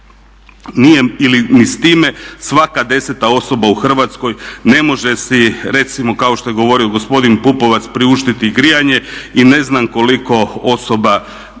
nije ili ni s time svaka 10-ta osoba u Hrvatskoj ne može si recimo kao što je govorio gospodin Pupovac priuštiti grijanje i ne znam koliko osoba